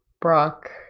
Brock